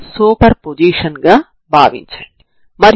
నాకు u2 ηη0 అని తెలుసు